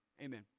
amen